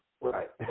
Right